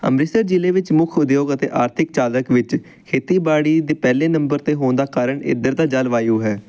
ਅੰਮ੍ਰਿਤਸਰ ਜ਼ਿਲ੍ਹੇ ਵਿੱਚ ਮੁੱਖ ਉਦਯੋਗ ਅਤੇ ਆਰਥਿਕ ਚਾਲਕ ਵਿੱਚ ਖੇਤੀਬਾੜੀ ਦੇ ਪਹਿਲੇ ਨੰਬਰ 'ਤੇ ਹੋਣ ਦਾ ਕਾਰਨ ਇੱਧਰ ਦਾ ਜਲਵਾਯੂ ਹੈ